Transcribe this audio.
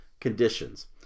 conditions